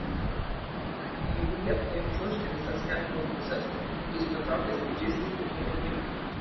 pamanė jeigu lieptų jam čiuožti į visas keturias puses tai jis patraukęs pečiais taip ir padarytų